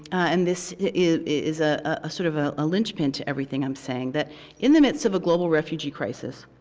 and this is a ah sort of ah a lynch-pin to everything i'm saying, that in the midst of a global refugee crisis